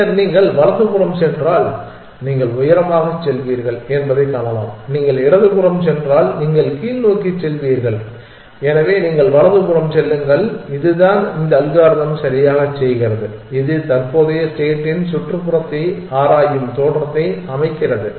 பின்னர் நீங்கள் வலதுபுறம் சென்றால் நீங்கள் உயரமாகச் செல்வீர்கள் என்பதைக் காணலாம் நீங்கள் இடதுபுறம் சென்றால் நீங்கள் கீழ்நோக்கிச் செல்வீர்கள் எனவே நீங்கள் வலதுபுறம் செல்லுங்கள் இதுதான் இந்த அல்காரிதம் சரியாகச் செய்கிறது இது தற்போதைய ஸ்டேட்டின் சுற்றுப்புறத்தை ஆராயும் தோற்றத்தை அமைக்கிறது